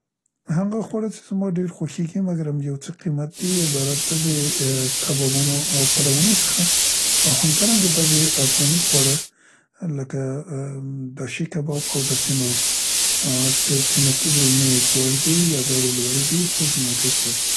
هغه خواړه چې زما ډير خوښیګي مګرم یو څه قیمت دي عبارت دی د ا کبابونو او پلونو څخه او همدارنګه بعضې افغاني خواړه لکه ا ا داشي کباب او داسې نور څې قیمتونه یې لوړ دي یا بیې یې لوړې دي خو زما ډير خوښ دي.